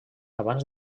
abans